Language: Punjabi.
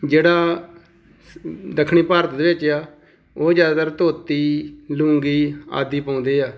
ਜਿਹੜਾ ਦੱਖਣੀ ਭਾਰਤ ਦੇ ਵਿੱਚ ਆ ਉਹ ਜ਼ਿਆਦਾਤਰ ਧੋਤੀ ਲੂੰਗੀ ਆਦਿ ਪਾਉਂਦੇ ਆ